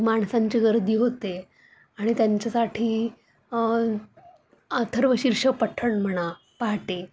माणसांची गर्दी होते आणि त्यांच्यासाठी अथर्वशीर्ष पठण म्हणा पहाटे